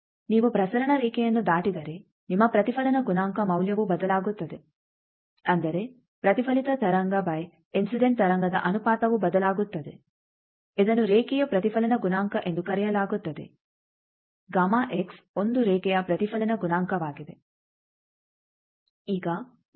ನೀವು ಪ್ರಸರಣ ರೇಖೆಯನ್ನು ದಾಟಿದರೆ ನಿಮ್ಮ ಪ್ರತಿಫಲನ ಗುಣಾಂಕ ಮೌಲ್ಯವೂ ಬದಲಾಗುತ್ತದೆ ಅಂದರೆ ಪ್ರತಿಫಲಿತ ತರಂಗ ಬೈ ಇನ್ಸಿಡೆಂಟ್ ತರಂಗದ ಅನುಪಾತವು ಬದಲಾಗುತ್ತದೆ ಇದನ್ನು ರೇಖೆಯ ಪ್ರತಿಫಲನ ಗುಣಾಂಕ ಎಂದು ಕರೆಯಲಾಗುತ್ತದೆ ಒಂದು ರೇಖೆಯ ಪ್ರತಿಫಲನ ಗುಣಾಂಕವಾಗಿದೆ